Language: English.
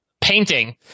painting